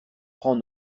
prend